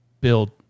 build